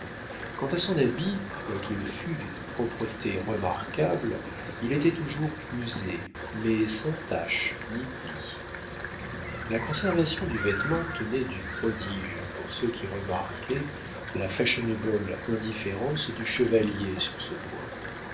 quant à son habit quoiqu'il fût d'une propreté remarquable il était toujours usé mais sans taches ni plis la conservation du vêtement tenait du prodige pour ceux qui remarquaient la fashionable indifférence du chevalier sur ce point